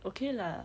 okay lah